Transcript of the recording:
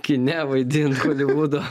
kine vaidint holivudo